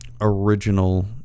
original